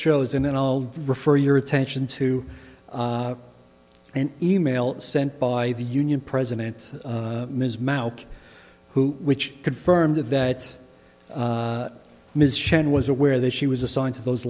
shows and then i'll refer your attention to an e mail sent by the union president ms mouth who which confirmed that ms chen was aware that she was assigned to those